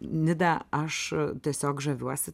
nida aš tiesiog žaviuosi